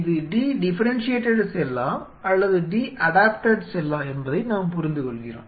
இது the differentiated செல்லா அல்லது டி அடாப்டெட் செல்லா என்பதை நாம் புரிந்துகொள்கிறோம்